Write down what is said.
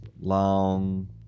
long